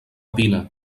pina